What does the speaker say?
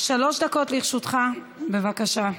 שלוש דקות לרשותך, בבקשה.